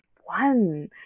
one